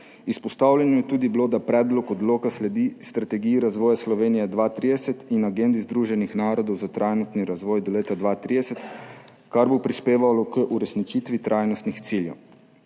Izpostavljeno je bilo tudi, da predlog odloka sledi Strategiji razvoja Slovenije 2030 in agendi Združenih narodov za trajnostni razvoj do leta 2030, kar bo prispevalo k uresničitvi trajnostnih ciljev.